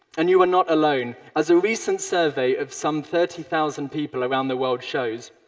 and you are not alone. as a recent survey of some thirty thousand people around the world shows,